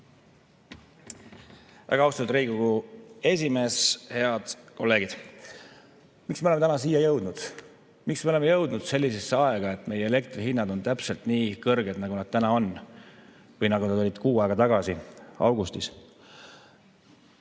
Väga austatud Riigikogu esimees! Head kolleegid! Miks me oleme täna siia jõudnud? Miks me oleme jõudnud sellisesse aega, et meie elektrihinnad on täpselt nii kõrged, nagu nad täna on või nagu nad olid kuu aega tagasi augustis?